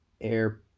air